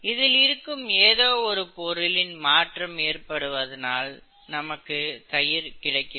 இதில் இருக்கும் ஏதோ ஒரு பொருளில் மாற்றம் ஏற்படுவதால் நமக்கு தயிர் கிடைக்கிறது